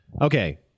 Okay